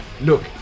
Look